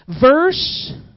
Verse